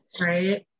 Right